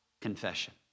confession